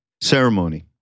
ceremony